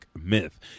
myth